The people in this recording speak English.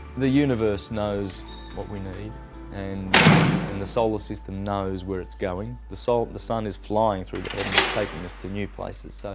the universe knows what we need and and the solar system knows where its going. the so the sun is flying through the heaven taking us to new place, so